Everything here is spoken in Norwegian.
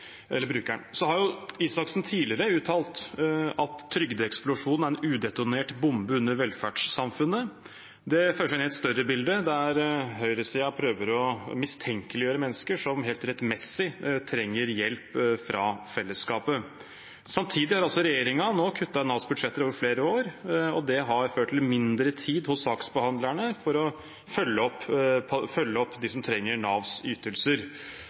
eller brukeren. Statsråd Isaksen har tidligere uttalt at trygdeeksplosjonen er en udetonert bombe under velferdssamfunnet. Det føyer seg inn i et større bilde der høyresiden prøver å mistenkeliggjøre mennesker som helt rettmessig trenger hjelp fra fellesskapet. Samtidig har regjeringen kuttet i Navs budsjetter over flere år, og det har ført til mindre tid hos saksbehandlerne for å følge opp dem som trenger Navs ytelser. Det kom en rapport fra SINTEF i 2016 som viste at Navs